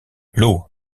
l’eau